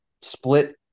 split